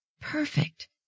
perfect